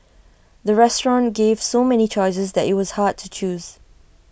the restaurant gave so many choices that IT was hard to choose